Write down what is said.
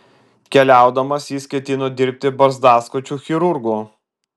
keliaudamas jis ketino dirbti barzdaskučiu chirurgu